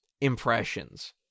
impressions